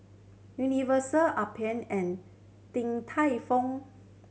Universal Alpen and Din Tai Fung